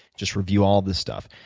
just review all this stuff.